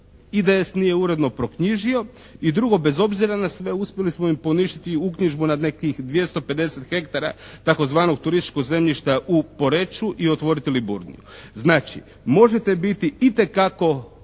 IDS nije uredno proknjižio. I drugo, bez obzira na sve uspjeli smo im poništiti uknjižbu na nekih 250 hektara tzv. turističkog zemljišta u Poreču i otvoriti Liburniju. Znači, možete biti itekako